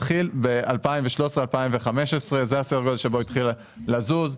התחיל ב-2013-2015 זה מתי שהתחיל לזוז.